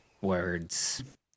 Words